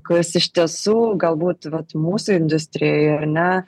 kas iš tiesų galbūt vat mūsų industrijoje ar ne